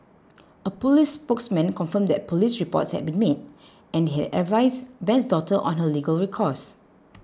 a police spokesman confirmed that police reports had been made and had advised Ben's daughter on her legal recourse